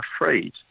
afraid